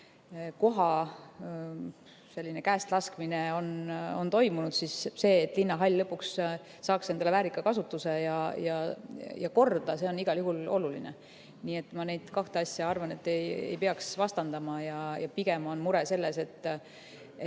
koha selline käestlaskmine on toimunud, siis see, et linnahall lõpuks saaks endale väärika kasutuse ja saaks korda, on igal juhul oluline. Nii et ma arvan, et neid kahte asja ei peaks vastandama. Pigem on mure selles, et